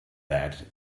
that